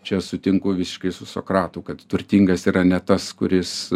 čia sutinku visiškai su sokratu kad turtingas yra ne tas kuris